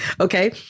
Okay